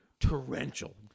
torrential